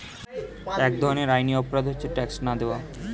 এক ধরনের আইনি অপরাধ হচ্ছে ট্যাক্স না দেওয়া